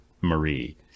Marie